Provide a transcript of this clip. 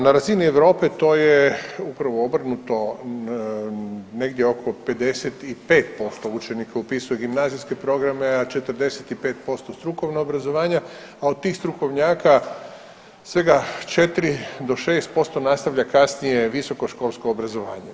Na razini Europe to je upravo obrnuto negdje oko 55% učenika upisuje gimnazijske programe, a 45% strukovna obrazovanja, a od tih strukovnjaka svega 4 do 6% nastavlja kasnije visoko školsko obrazovanje.